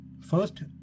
first